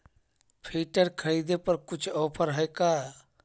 Filter खरिदे पर कुछ औफर है का?